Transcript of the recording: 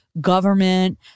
government